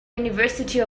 university